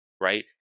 right